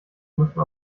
müssen